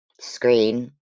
Screen